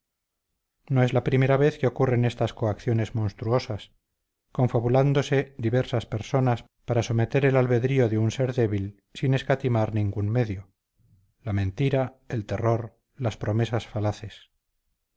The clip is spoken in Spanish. no es la primera vez que ocurren estas coacciones monstruosas confabulándose diversas personas para someter el albedrío de un ser débil sin escatimar ningún medio la mentira el terror las promesas falaces